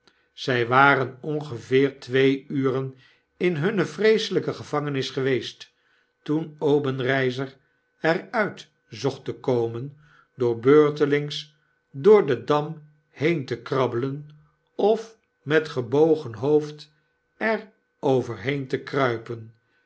zij waren ongeveer twee uren in hunne vreeselyke gevangenis geweest toen obenreizer er uit zocht te komen door beurtelings door den dam heen te krabbelen of met gebogen hoofd er overheen te kruipen